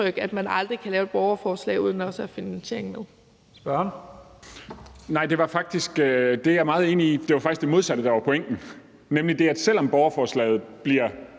at man aldrig kan lave et borgerforslag uden også at have finansieringen med.